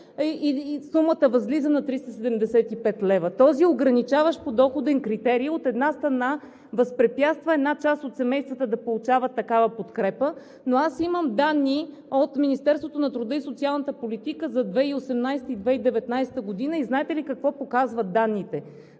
и сумата възлиза на 375 лв. Този ограничаващ подоходен критерий, от една страна, възпрепятства една част от семействата да получават такава подкрепа. Аз имам данни от Министерството на труда и социалната политика за 2018 г. и 2019 г. Знаете ли какво показват данните?